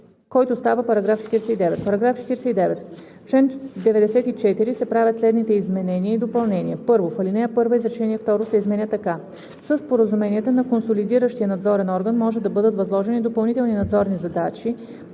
който става § 49: „§ 49. В чл. 94 се правят следните изменения и допълнения: 1. В ал. 1 изречение второ се изменя така: „Със споразуменията на консолидиращия надзорен орган може да бъдат възложени допълнителни надзорни задачи,